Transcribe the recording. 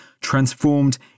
transformed